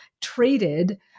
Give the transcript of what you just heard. traded